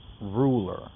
ruler